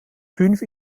fünf